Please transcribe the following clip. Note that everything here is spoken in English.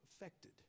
affected